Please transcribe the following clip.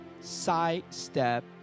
sidestep